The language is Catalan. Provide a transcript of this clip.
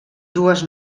dues